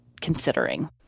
considering